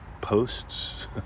posts